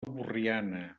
borriana